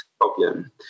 problem